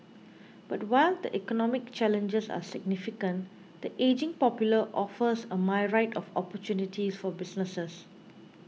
but while the economic challenges are significant the ageing population offers a myriad of opportunities for businesses